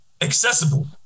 accessible